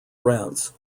rents